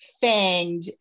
fanged